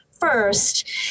first